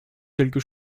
quelque